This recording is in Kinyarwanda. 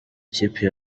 ikipe